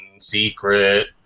secret